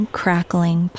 crackling